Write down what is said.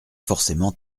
forcément